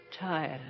Tired